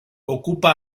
ocupa